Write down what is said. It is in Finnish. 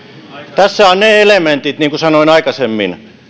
tässä on ne elementit niin kuin sanoin aikaisemmin